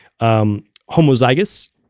homozygous